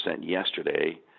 yesterday